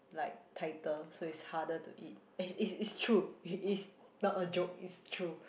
like tighter so it's harder to eat and it's it's true it's not a joke it's true